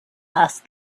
asked